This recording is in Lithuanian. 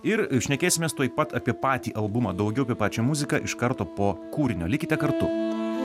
ir šnekėsimės tuoj pat apie patį albumą daugiau apie pačią muziką iš karto po kūrinio likite kartu